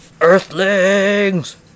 Earthlings